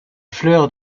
fleurs